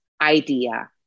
idea